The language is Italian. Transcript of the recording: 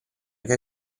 che